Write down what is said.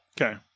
Okay